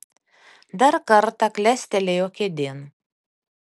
dar kartą klestelėjo kėdėn